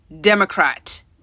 Democrat